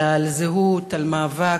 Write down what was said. אלא זהות, מאבק.